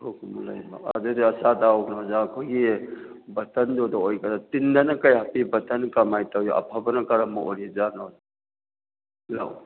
ꯂꯩꯕ ꯑꯗꯨꯗꯤ ꯑꯆꯥ ꯊꯥꯎ ꯑꯣꯖꯥ ꯑꯩꯈꯣꯏꯒꯤ ꯕꯣꯇꯜꯗꯨꯗ ꯑꯣꯏꯒꯗ꯭ꯔꯥ ꯇꯤꯟꯗꯅ ꯀꯌꯥ ꯄꯤ ꯕꯣꯇꯜ ꯀꯃꯥꯏꯅ ꯇꯧꯏ ꯑꯐꯕꯅ ꯀꯔꯝꯕ ꯑꯣꯏꯔꯤꯖꯥꯠꯅꯣ